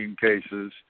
cases